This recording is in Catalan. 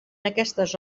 aquestes